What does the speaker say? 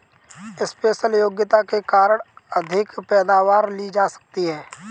special योग्यता के कारण अधिक पैदावार ली जा सकती है